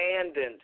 abandoned